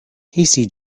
hasty